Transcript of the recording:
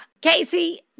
Casey